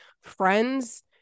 friends